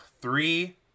Three